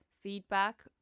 feedback